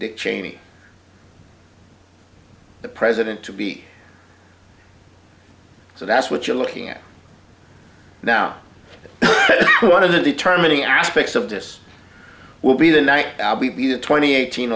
dick cheney the president to be so that's what you're looking at now one of the term many aspects of this will be the night i'll be the twenty eighteen